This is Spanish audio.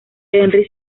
henry